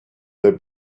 they